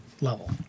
level